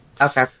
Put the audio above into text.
Okay